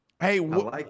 Hey